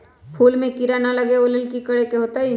फूल में किरा ना लगे ओ लेल कि करे के होतई?